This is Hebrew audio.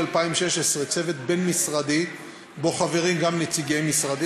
2016 צוות בין-משרדי שחברים בו גם נציגי משרדי,